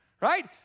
right